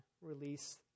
release